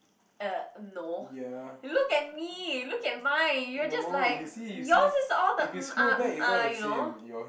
uh no look at me look at mine you are just like yours is all the mm ah mm ah you know